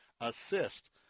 assist